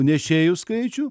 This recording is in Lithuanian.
nešėjų skaičių